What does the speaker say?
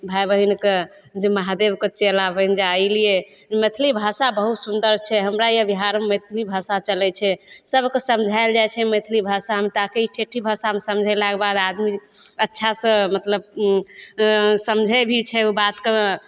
भाइ बहिन कऽ जे महादेब कऽ चेला बनि जा एलियै मैथिली भाषा बहुत सुन्दर छै हमरा यहाँ बिहारमे मैथिली भाषा चलै छै सब कऽ समझाएल जाएत छै मैथिली भाषामे ताकि ठेठी भाषामे समझेलाके बाद आदमी अच्छासँ मतलब समझै भी छै ओ बात कऽ